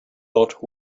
lot